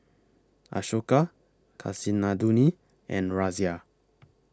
Ashoka Kasinadhuni and Razia